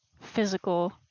physical